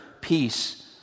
peace